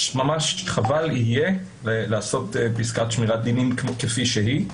חבל יהיה לעשות פסקת שמירת דינים כפי שהיא,